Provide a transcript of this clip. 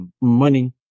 money